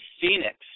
Phoenix